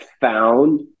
found